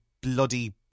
bloody